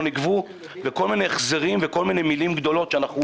נגבו וכל מיני החזרים וכל מיני מילים גדולות שאנחנו